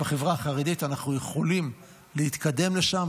בחברה החרדית: אנחנו יכולים להתקדם לשם,